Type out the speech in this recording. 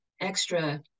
extra